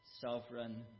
sovereign